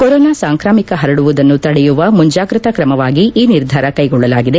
corona ಸಾಂಕ್ರಾಮಿಕ ಹರಡುವುದನ್ನು ತಡೆಯುವ ಮುಂಜಾಗ್ರತಾ ಕ್ರಮವಾಗಿ ಈ ನಿರ್ಧಾರ ಕೈಗೊಳ್ಳಲಾಗಿದೆ